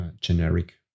generic